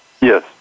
Yes